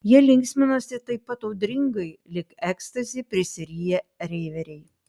jie linksminasi taip pat audringai lyg ekstazi prisiriję reiveriai